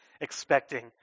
expecting